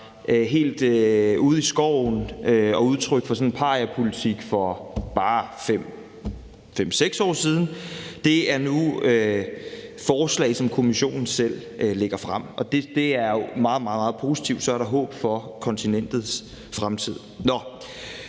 helt ude i skoven og udtryk for sådan pariapolitik for bare 5-6 år siden, er nu forslag, som Kommissionen selv lægger frem, og det er jo meget, meget positivt. Så er der håb for kontinentets fremtid.